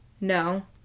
No